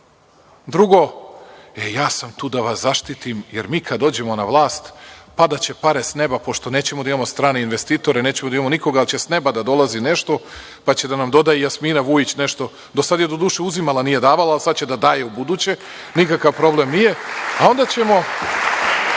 drugo, ja sam tu da vas zaštiti, jer mi kada dođemo na vlast padaće pare sa nema, pošto nećemo imati strane investitore, nećemo imati nikoga, ali će s neba da dolazi nešto, pa će da nam doda i Jasmina Vujić nešto. Do sada je, doduše, uzimala, nije davala, ali sada će da daje ubuduće, nikakav problem nije, a onda ćemo